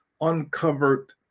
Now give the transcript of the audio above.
uncovered